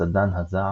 "סדן הזעם".